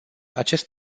acest